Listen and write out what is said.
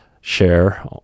share